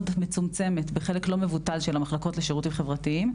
מצומצמת בחלק לא מבוטל של המחלקות לשירותים חברתיים,